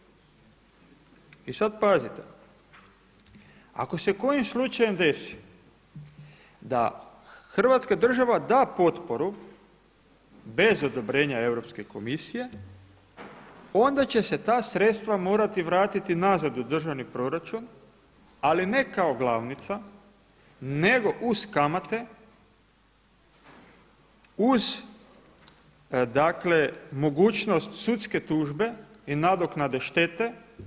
I sad pazite, ako se kojim slučajem desi da Hrvatska država da potporu bez odobrenja Europske komisije, onda će se ta sredstva morati vratiti nazad u državni proračun, ali ne kao glavnica nego uz kamate, uz dakle mogućnost sudske tužbe i nadoknade štete.